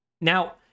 Now